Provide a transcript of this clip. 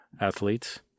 Athletes